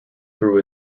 through